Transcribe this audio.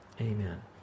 Amen